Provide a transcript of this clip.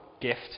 gift